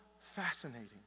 fascinating